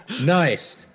Nice